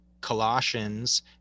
Colossians